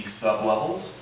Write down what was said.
sublevels